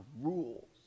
rules